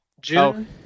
June